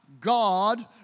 God